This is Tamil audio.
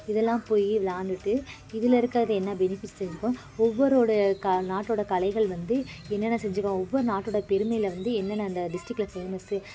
இதெல்லாம் போய் விளாண்டுட்டு இதில் இருக்கது என்ன பெனிஃபிட்ஸ் இருக்கோ ஒவ்வொரோடய க நாட்டோடய கலைகள் வந்து என்னென்ன செஞ்சிரும் ஒவ்வொரு நாட்டோடய பெருமையில் வந்து என்னென்ன அந்த டிஸ்ட்ரிக்ல ஃபேமஸ்ஸு